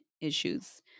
issues